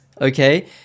okay